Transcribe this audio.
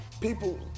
people